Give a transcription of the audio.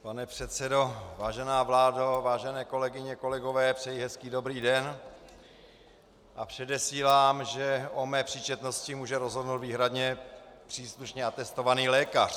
Pane předsedo, vážená vládo, vážené kolegyně, kolegové, přeji hezký dobrý den a předesílám, že o mé příčetnosti může rozhodnout výhradně příslušný atestovaný lékař.